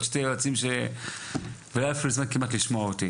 היועצים ובקושי היה לה זמן לשמוע אותי.